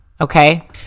Okay